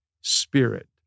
spirit